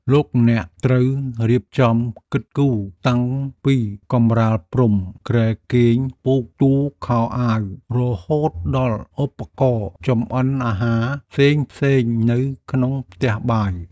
លោកអ្នកត្រូវរៀបចំគិតគូរតាំងពីកម្រាលព្រំគ្រែគេងពូកទូខោអាវរហូតដល់ឧបករណ៍ចម្អិនអាហារផ្សេងៗនៅក្នុងផ្ទះបាយ។